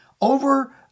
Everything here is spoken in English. over